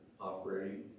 operating